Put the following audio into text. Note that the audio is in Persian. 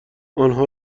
آنها